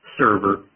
server